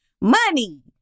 money